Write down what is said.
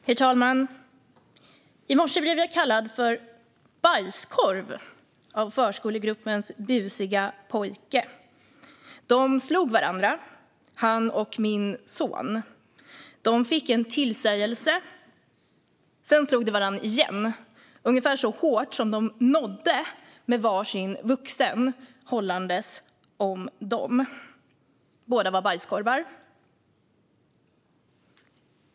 Herr talman! I morse blev jag kallad för "bajskorv" av förskolegruppens busiga pojke. De slog varandra, han och min son. De fick en tillsägelse. Sedan slog de varandra igen, ungefär så hårt de kunde med varsin vuxen som höll om dem. Båda var bajskorvar.